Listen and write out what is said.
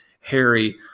Harry